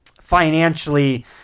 financially